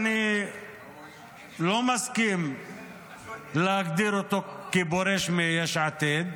אני לא מסכים להגדיר אותו כפורש מיש עתיד.